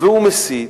והוא מסית,